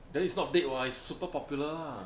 then is not dead [what] it's super popular lah